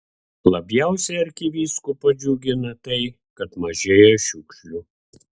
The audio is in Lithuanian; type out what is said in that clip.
labiausiai arkivyskupą džiugina tai kad mažėja šiukšlių